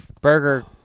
burger